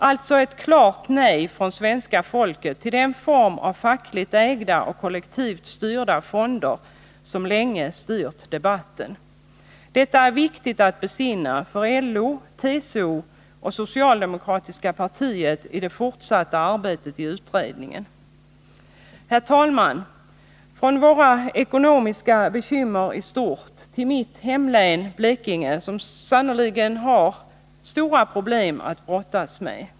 Alltså ett klart nej från svenska folket till den form av fackligt ägda och kollektivt styrda fonder som länge styrt debatten. Detta är viktigt att besinna för LO, TCO och socialdemokratiska partiet i det fortsatta arbetet i utredningen. Herr talman! Från våra ekonomiska bekymmer i stort till mitt hemlän Blekinge, som sannerligen har stora problem att brottas med.